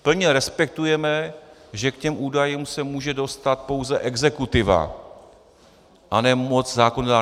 Plně respektujeme, že k údajům se může dostat pouze exekutiva a ne moc zákonodárná.